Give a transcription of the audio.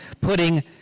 putting